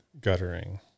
guttering